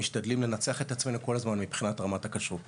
משתדלים לנצח את עצמנו כל הזמן מבחינת רמת הכשרות